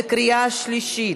בקריאה שלישית.